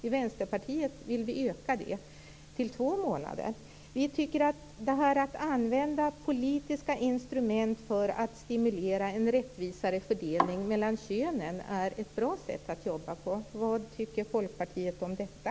I Vänsterpartiet vill vi öka det till två månader. Vi tycker att det här att använda politiska instrument för att stimulera en rättvisare fördelning mellan könen är ett bra sätt att arbeta på. Vad tycker Folkpartiet om detta?